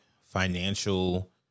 financial